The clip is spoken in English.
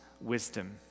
wisdom